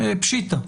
זה פשיטא.